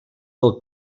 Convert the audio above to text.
del